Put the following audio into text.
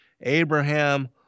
Abraham